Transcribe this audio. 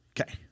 Okay